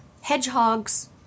hedgehogs